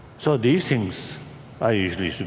so these things i usually